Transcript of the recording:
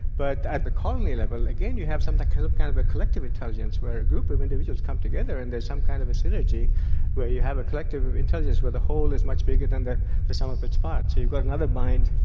but at the colony level, again, you have some kind of kind of a collective intelligence where a group of individuals come together and there's some kind of a synergy where you have a collective intelligence where the whole is much bigger than the the sum of its parts. so you've got another mind,